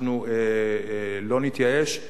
אנחנו לא נתייאש,